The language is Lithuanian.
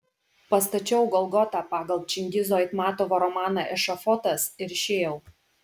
pastačiau golgotą pagal čingizo aitmatovo romaną ešafotas ir išėjau